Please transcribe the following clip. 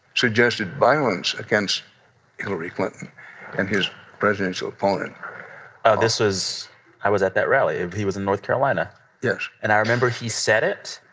suggested violence against hillary clinton and his presidential opponent this was i was at that rally. he was in north carolina yes and remember he said it.